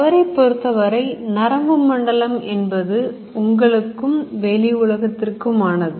அவரைப் பொறுத்தவரை நரம்பு மண்டலம் என்பது உங்களுக்கும் வெளி உலகத்திற்குமானது